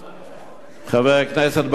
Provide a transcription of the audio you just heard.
חבר הכנסת ברכה,